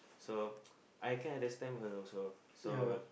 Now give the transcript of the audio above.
so I kinda understand also so